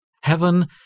Heaven